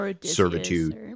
servitude